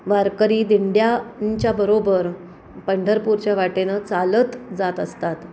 वारकरी दिंड्या च्या बरोबर पंढरपूरच्या वाटेनं चालत जात असतात